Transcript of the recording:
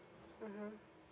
mmhmm